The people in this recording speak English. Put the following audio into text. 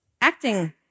Acting